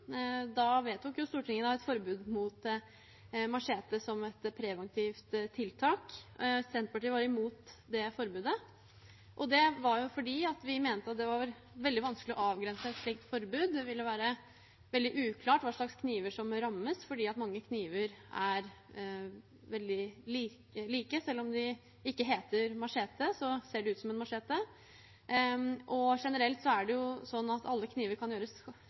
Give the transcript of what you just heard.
et preventivt tiltak. Senterpartiet var imot det forbudet, fordi vi mente at det var veldig vanskelig å avgrense et slikt forbud. Det ville være veldig uklart hva slags kniver som rammes, for mange kniver er veldig like. Selv om de ikke heter machete, ser de ut som en machete. Generelt er det sånn at alle kniver kan